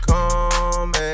Come